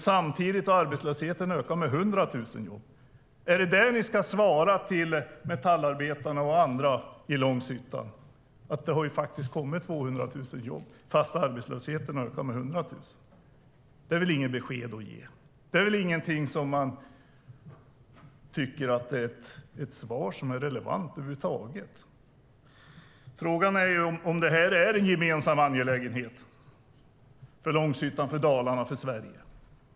Samtidigt har arbetslösheten ökat med 100 000 jobb. Är det svaret till metallarbetarna och andra i Långshyttan, att det faktiskt har tillkommit 200 000 nya jobb fast arbetslösheten har ökat med 100 000? Det är väl inget besked att ge. Det är väl inget svar som är relevant över huvud taget. Frågan är ju om det här är en gemensam angelägenhet för Långshyttan, för Dalarna och för Sverige.